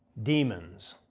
demons!